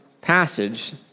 passage